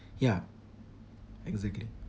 ya exactly